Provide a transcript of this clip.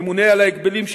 הממונה על ההגבלים,